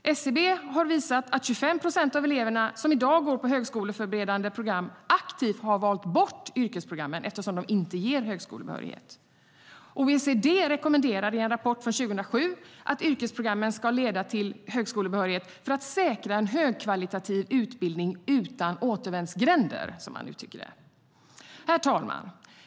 SCB har visat att 25 procent av de elever som i dag går på högskoleförberedande program aktivt har valt bort yrkesprogrammen eftersom de inte ger högskolebehörighet. OECD rekommenderar i en rapport från 2007 att yrkesprogrammen ska leda till högskolebehörighet för att säkra en högkvalitativ utbildning utan återvändsgränder, som de uttrycker det. Herr talman!